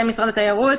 התיירות: